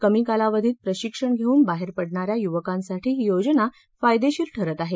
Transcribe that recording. कमी कालावधीत प्रशिक्षण घेऊन बाहेर पडणाऱ्या युवकांसाठी ही योजना फायदेशीर ठरत आहे